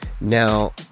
Now